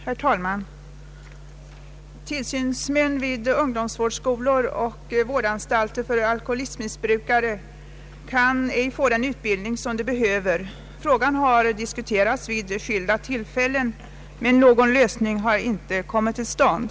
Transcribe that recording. Herr talman! Tillsynsmän vid ungdomsvårdsskolor och vårdanstalter för alkoholmissbrukare kan inte få den utbildning som de behöver. Frågan har diskuterats vid skilda tillfällen, men någon lösning har inte kommit till stånd.